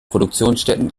produktionsstätten